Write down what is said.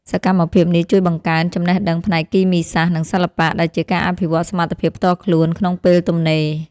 សកម្មភាពនេះជួយបង្កើនចំណេះដឹងផ្នែកគីមីសាស្ត្រ និងសិល្បៈ ដែលជាការអភិវឌ្ឍសមត្ថភាពផ្ទាល់ខ្លួនក្នុងពេលទំនេរ។